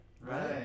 Right